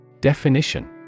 Definition